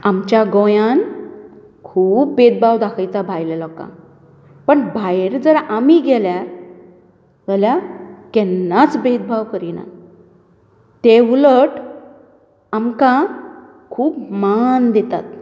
आमच्या गोंयान खूब भेदभाव दाखयता भायले लोकांक पण भायर जर आमी गेल्यार जाल्या केन्नाच भेदभाव करिनात ते उलट आमकां खूब मान दितात